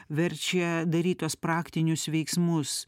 verčia daryt tuos praktinius veiksmus